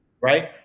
right